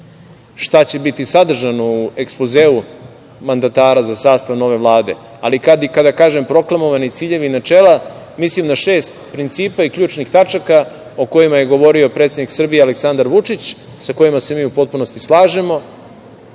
šta će biti sadržano u ekspozeu mandatara za sastav nove vlade, ali kada kažem proklamovani ciljevi i načela, mislim na šest principa i ključnih tačaka o kojima je govorio predsednik Srbije Aleksandar Vučić, sa kojima se mi u potpunosti slažemo,